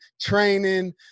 training